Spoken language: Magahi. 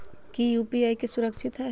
की यू.पी.आई सुरक्षित है?